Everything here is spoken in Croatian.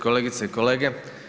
Kolegice i kolege.